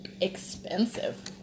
expensive